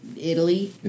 Italy